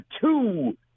two